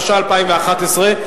התשע"א 2011,